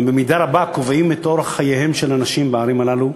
במידה רבה הן קובעות את אורח חייהם של אנשים בערים הללו.